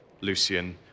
Lucian